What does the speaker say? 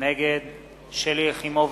נגד שלי יחימוביץ,